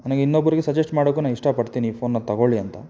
ನನಗೆ ಇನ್ನೊಬ್ಬರಿಗೆ ಸಜೆಸ್ಟ್ ಮಾಡೋಕು ನಾ ಇಷ್ಟಪಡ್ತೀನಿ ಈ ಫೋನನ್ನು ತಗೊಳ್ಳಿ ಅಂತ